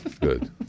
Good